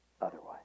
otherwise